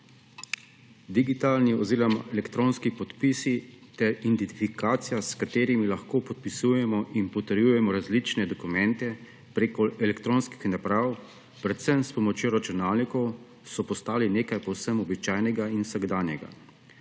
Digitalni oziroma elektronski podpisi ter identifikacija, s katerimi lahko podpisujemo in potrjujemo različne dokumente prekelektronskih naprav, predvsem s pomočjo računalnikov, so postali nekaj povsem običajnega in vsakdanjega.